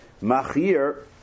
Machir